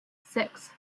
six